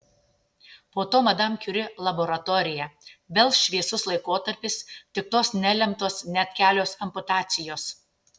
po to madam kiuri laboratorija vėl šviesus laikotarpis tik tos nelemtos net kelios amputacijos